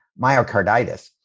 myocarditis